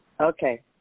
Okay